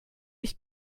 nicht